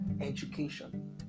education